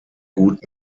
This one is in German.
gut